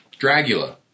Dragula